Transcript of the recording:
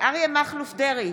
אריה מכלוף דרעי,